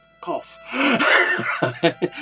cough